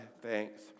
thanks